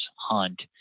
hunt